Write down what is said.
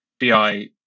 BI